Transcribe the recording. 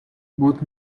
both